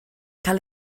cael